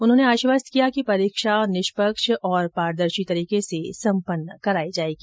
उन्होंने आश्वस्त किया कि परीक्षा निष्पक्ष और पारदर्शी तरीके से सम्पन्न कराई जाएगी